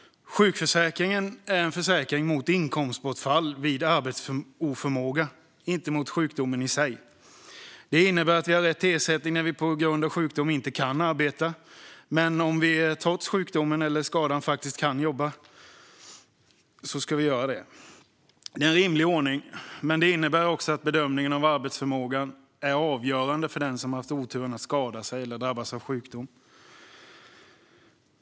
Sjukförsäkringen är en försäkring mot inkomstbortfall vid arbetsoförmåga - inte mot sjukdomen i sig. Det innebär att vi har rätt till ersättning när vi på grund av sjukdom inte kan arbeta. Men om vi trots sjukdomen eller skadan faktiskt kan jobba ska vi också göra det. Det är en rimlig ordning, men det innebär också att bedömningen av arbetsförmågan är avgörande för den som har haft oturen att skada sig eller drabbas av sjukdom.